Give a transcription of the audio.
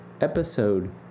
episode